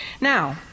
Now